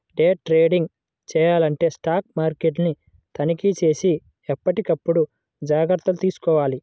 day trading చెయ్యాలంటే stock మార్కెట్ని తనిఖీచేసి ఎప్పటికప్పుడు జాగర్తలు తీసుకోవాలి